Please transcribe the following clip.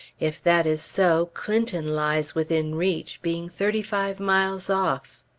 if that is so, clinton lies within reach, being thirty-five miles off.